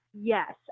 yes